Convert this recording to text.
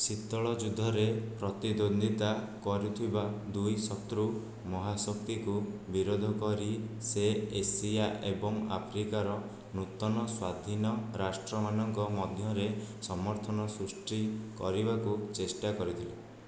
ଶୀତଳ ଯୁଦ୍ଧରେ ପ୍ରତିଦ୍ୱନ୍ଦ୍ୱିତା କରୁଥିବା ଦୁଇ ଶତ୍ରୁ ମହାଶକ୍ତିକୁ ବିରୋଧ କରି ସେ ଏସିଆ ଏବଂ ଆଫ୍ରିକାର ନୂତନ ସ୍ୱାଧୀନ ରାଷ୍ଟ୍ରମାନଙ୍କ ମଧ୍ୟରେ ସମର୍ଥନ ସୃଷ୍ଟି କରିବାକୁ ଚେଷ୍ଟା କରିଥିଲେ